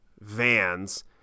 Vans